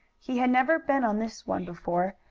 he had never been on this one before,